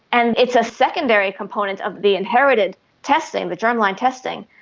and it's a secondary component of the inherited testing, the germline testing,